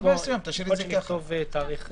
יכול להיות שכשנדע, נכתוב תאריך.